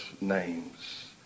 names